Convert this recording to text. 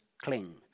cling